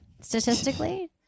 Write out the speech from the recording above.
statistically